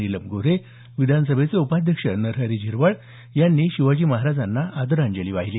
Neelam Gorhe विधानसभेचे उपाध्यक्ष नरहरी झिरवाळ यांनी शिवाजी महाराजांना आदरांजली वाहिली